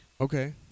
okay